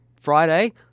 Friday